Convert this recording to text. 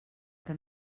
que